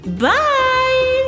Bye